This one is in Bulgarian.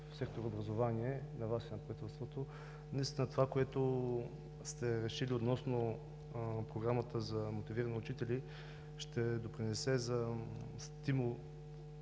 в сектор „Образование“ – на Вас и на правителството. Наистина това, което сте решили относно Програмата „Мотивирани учители“, ще допринесе за стимул